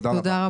תודה.